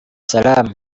salaam